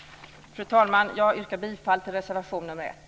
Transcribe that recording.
Fru talman! Jag yrkar bifall till reservation nr 1.